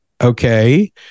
Okay